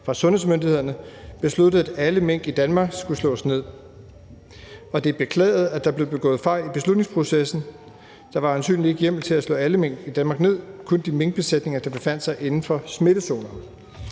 fra sundhedsmyndighederne besluttede, at alle mink i Danmark skulle slås ned. Og det er beklaget, at der blev begået fejl i beslutningsprocessen. Der var øjensynlig ikke hjemmel til at slå alle mink i Danmark ned, men kun de minkbesætninger, der befandt sig inden for smittezonerne.